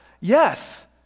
Yes